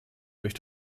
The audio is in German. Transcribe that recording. durch